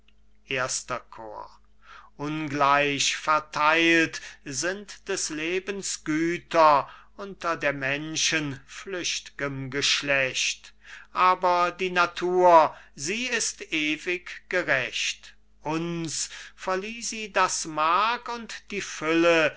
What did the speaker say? erster chor cajetan ungleich vertheilt sind des lebens güter unter der menschen flücht'gem geschlecht aber die natur sie ist ewig gerecht uns verlieh sie das mark und die fülle